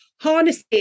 harnessing